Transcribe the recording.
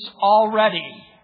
already